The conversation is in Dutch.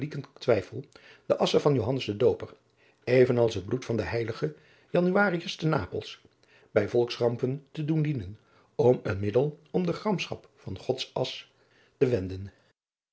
twijsel de assche van joannes de dooper even als het bloed van den heiligen januarius te napels bij volks rampen te doen dienen tot een middel om de gramschap van god as te wenden